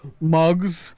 mugs